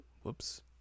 whoops